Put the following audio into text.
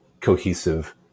cohesive